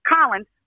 Collins